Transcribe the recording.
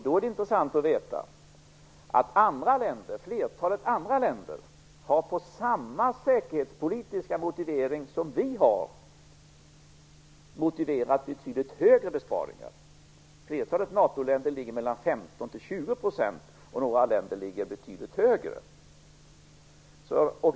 Då är det intressant att veta att flertalet andra länder, med samma säkerhetspolitiska motivering som vi, har motiverat betydligt större besparingar. Flertalet NATO-länder ligger på 15-20 %. Några länder ligger betydligt högre än det.